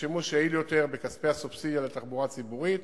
ושימוש יעיל יותר בכספי הסובסידיה לתחבורה הציבורית,